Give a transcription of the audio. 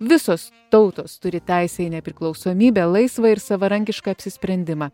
visos tautos turi teisę į nepriklausomybę laisvą ir savarankišką apsisprendimą